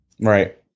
Right